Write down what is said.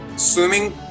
Swimming